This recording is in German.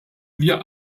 wir